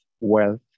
wealth